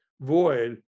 Void